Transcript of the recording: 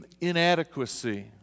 inadequacy